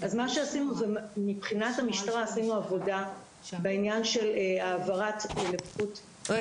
אז מבחינת המשטרה עשינו עבודה בעניין של העברת --- ליאורה,